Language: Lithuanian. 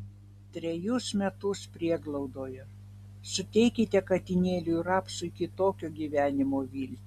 trejus metus prieglaudoje suteikite katinėliui rapsui kitokio gyvenimo viltį